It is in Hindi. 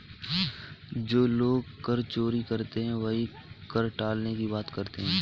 जो लोग कर चोरी करते हैं वही कर टालने की बात करते हैं